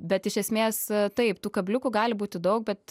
bet iš esmės taip tų kabliukų gali būti daug bet